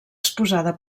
exposada